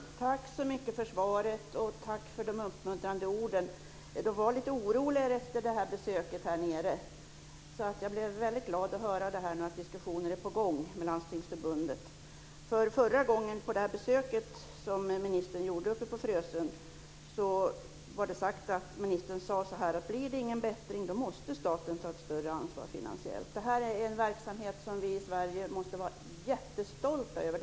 Fru talman! Tack så mycket för svaret, och tack för de uppmuntrande orden! De som hade varit på besöket här nere var lite oroliga, så jag blev väldigt glad att höra att en diskussion nu är på gång med Vid det besök som ministern gjorde på Frösön sade ministern att om det inte blir någon bättring måste staten ta ett större ansvar finansiellt. Det här är en verksamhet som vi i Sverige måste vara jättestolta över.